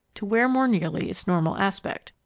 to wear more nearly its normal aspect.